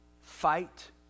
fight